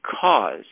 cause